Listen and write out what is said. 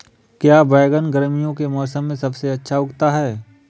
क्या बैगन गर्मियों के मौसम में सबसे अच्छा उगता है?